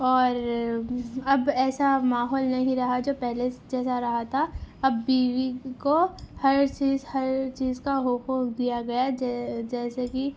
اور اب ایسا ماحول نہیں رہا جب پہلے جیسا رہا تھا اب بیوی کو ہر چیز ہر چیز کا حقوق دیا گیا جے جیسے کہ